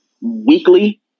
weekly